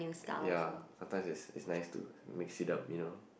ya sometimes is is nice to mix it up you know